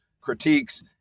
critiques